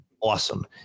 awesome